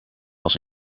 was